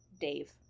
Dave